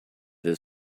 that